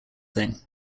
thing